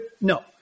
No